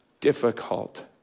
difficult